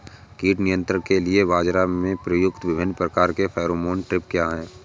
कीट नियंत्रण के लिए बाजरा में प्रयुक्त विभिन्न प्रकार के फेरोमोन ट्रैप क्या है?